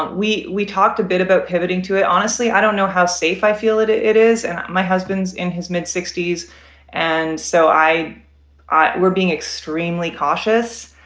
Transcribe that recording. we we talked a bit about pivoting to it. honestly, i don't know how safe i feel it it it is my husband's in his mid sixty s and so i i were being extremely cautious.